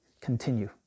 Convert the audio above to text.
continue